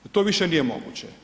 To više nije moguće.